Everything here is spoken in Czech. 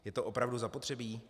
Je to opravdu zapotřebí?